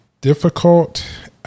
difficult